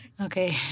Okay